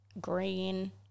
green